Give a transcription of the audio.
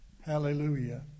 Hallelujah